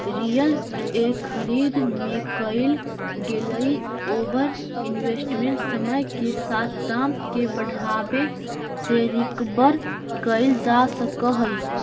real के खरीद में कईल गेलई ओवर इन्वेस्टमेंट समय के साथ दाम के बढ़ावे से रिकवर कईल जा सकऽ हई